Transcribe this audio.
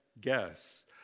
guess